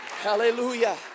Hallelujah